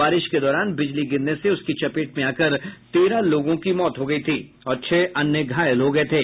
बारिश के दौरान बिजली गिरने से उसकी चपेट में आकर तेरह लोगों की मौत हो गई थी और छह अन्य घायल हो गये थे